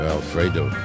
Alfredo